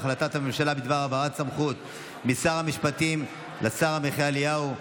הודעת הממשלה בדבר העברת סמכות משר המשפטים לשר עמיחי אליהו.